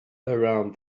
around